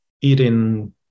eating